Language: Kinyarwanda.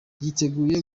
yiteguye